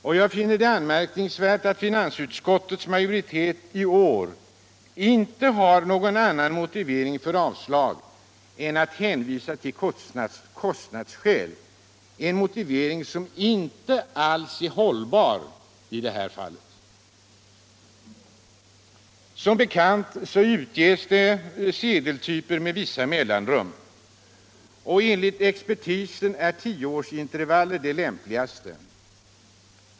Och jag finner det anmärkningsvärt att finansutskottets majoritet i år inte har någon annan motivering för avslag än att hänvisa till kostnadsskäl; en motivering som inte alls är hållbar i det här fallet. Som bekant utges nya sedeltyper med vissa mellanrum. Enligt expertisen är tioårsintervaller de lämpligaste.